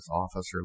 officer